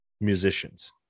musicians